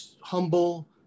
humble